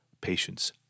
patience